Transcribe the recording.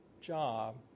job